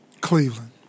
Cleveland